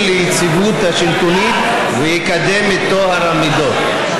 ליציבות השלטונית ויקדם את טוהר המידות.